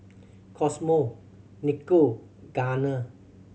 Cosmo Nico Garner